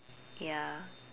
ya